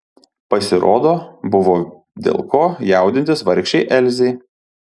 pasirodo buvo dėl ko jaudintis vargšei elzei